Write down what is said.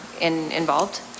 involved